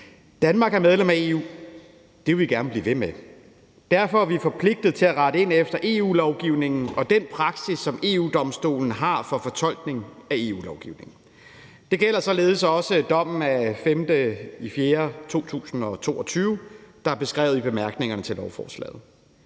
Danmark er medlem af EU. Det vil vi gerne blive ved med at være. Derfor er vi forpligtet til at rette ind efter EU-lovgivningen og den praksis, som EU-Domstolen har for fortolkning af EU-lovgivningen. Det gælder således også dommen af 5. april 2022, der er beskrevet i bemærkninger til lovforslaget.